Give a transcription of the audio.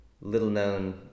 Little-known